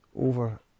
over